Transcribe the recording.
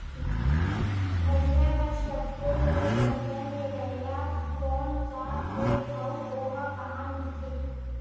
धनिया बर सब्बो ले बढ़िया निरैया कोन सा हे आऊ ओहा कहां मिलथे?